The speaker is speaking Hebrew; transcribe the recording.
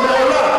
לא, לא רגע.